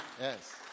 Yes